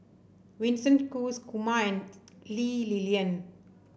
Winston Choos Kumar and Lee Li Lian